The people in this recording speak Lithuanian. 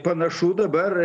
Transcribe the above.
panašu dabar